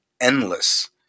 endless